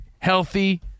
Healthy